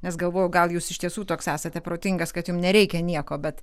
nes galvojau gal jūs iš tiesų toks esate protingas kad jum nereikia nieko bet